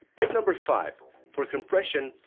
tip number five for compression,